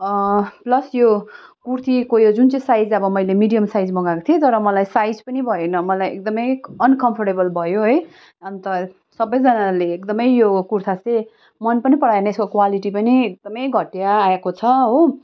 plus यो कुर्तीको यो जुन चाहिँ साइज अब मैले मिडियम साइज मगाएको थिए तर मलाई साइज पनि भएन मलाई एकदमै अनकम्फोर्टेबल भयो है अन्त सबैजनाले एक दमै यो कुर्ता चाहिँ मन पनि पराएन यसको क्वालिटी पनि एकदमै घटिया आएको छ हो